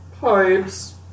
pipes